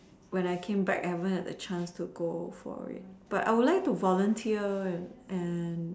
when I came back I never had a chance to go for it but I would like to volunteer for it and and